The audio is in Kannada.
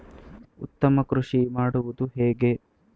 ಉತ್ತಮ ಕೃಷಿ ಮಾಡುವುದು ಹೇಗೆ?